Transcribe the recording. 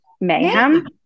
mayhem